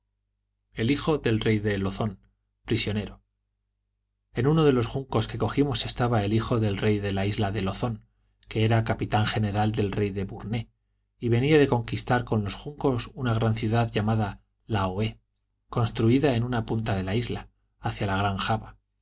el hijo del rey de lozón prisionero en uno de los juncos que cogimos estaba el hijo del rey de la isla de lozón que era capitán general del rey de burné y venía de conquistar con los juncos una gran ciudad llamada la construida en una punta de la isla hacia la gran java